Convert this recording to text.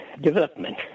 development